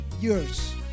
years